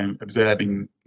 observing